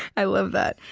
i love that.